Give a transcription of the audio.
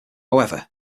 however